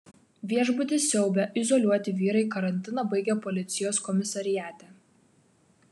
viešbutį siaubę izoliuoti vyrai karantiną baigė policijos komisariate